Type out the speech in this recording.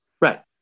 Right